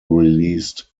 released